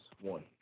one